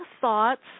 thoughts